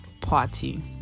Party